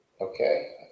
okay